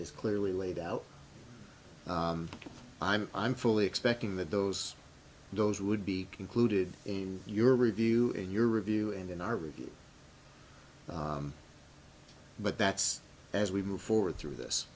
is clearly laid out i'm fully expecting that those those would be included in your review in your review and in our review but that's as we move forward through this